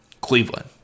Cleveland